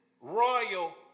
royal